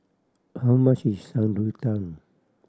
how much is Shan Rui Tang